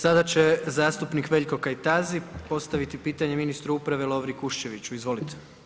Sada će zastupnik Veljko Kajtazi postaviti pitanje ministru uprave Lovri Kuščeviću, izvolite.